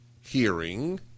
hearing